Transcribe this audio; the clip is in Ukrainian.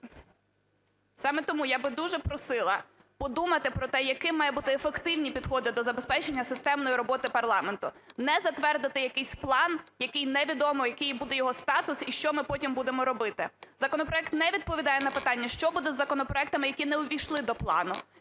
саме тому я би дуже просила подумати про те, якими мають бути ефективні підходи до забезпечення системної роботи парламенту? Не затвердити якийсь план, який невідомо, який буде його статус і що ми потім будемо робити. Законопроект не відповідає на питання, що буде із законопроектами, які не увійшли до плану.